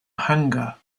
hunger